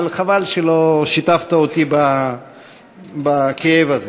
חבל שלא שיתפת אותי בכאב הזה,